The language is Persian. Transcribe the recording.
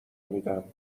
میدم